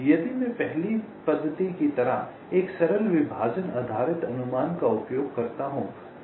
यदि मैं पहली पद्धति की तरह एक सरल विभाजन आधारित अनुमान का उपयोग करता हूं